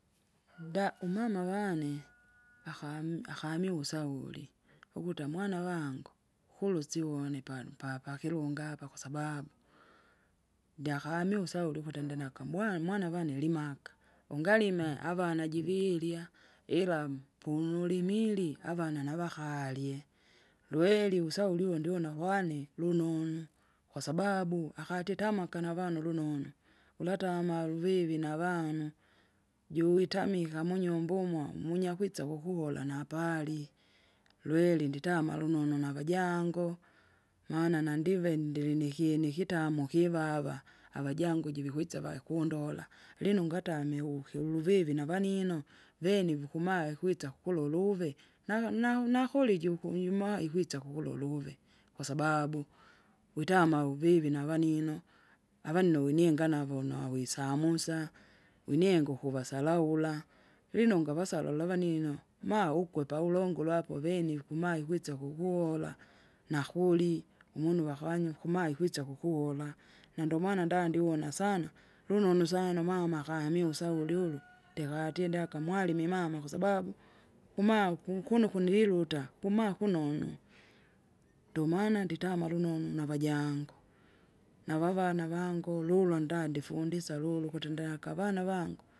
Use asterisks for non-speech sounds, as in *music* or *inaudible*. *noise* baa umama wane, *noise* vakam- akami usauri, ukuta amwana wangu, kula usivone panu papakilunga apa kwasababu, ndyaakamia usauri ukuti ndinaka mowa mwana avane limaka, ungalime avana jivirya, ila punulimili avana nakarye, lweri vusauri uvo ndiwona kwane lunonu. Kwasababu akati itamaka navana ulunonu, ula tamaa luvivi navanu, juwitamika munyumba umo mwinyakwitsa ukukuvola napali, lweri nditama lununu navajango, maana nandive ndirinikinyi nikitamo kivava, avajangu iji vikwitsa vakundola, lino ungatamwe uki- uluvivi navanino, veni vikumaa ikwitsa kuloluve naha- naho nahole jukunyuma ikwitsa kulole luve, kwaababu, kwitama uvivi navanino. Avanino wininga navo nauwisamusa, winienga ukuvasalaula, vinonga vasalaula avanino maa ukwepa ulongulo apo uveni vikuma ikwisa ukukuvola, nakuri umunu wakawanya ukumaa ikwisa ukukuwola. Na ndomaana ndandiwona sana, lunonu sana mama akamiusauri, *noise* ikati indeka mwalimi mama kwasababu, kuma ku- kuno kuniluta kuma kunonu, *noise* ndomana nditama lunonu navajangu. Navavana vangu ululwa nda ndifundisya lulu ukuti ndehaka avana vangu.